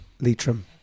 Leitrim